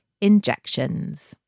injections